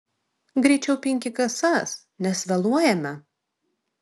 greičiau pinki kasas nes vėluojame